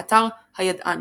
באתר "הידען",